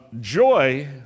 Joy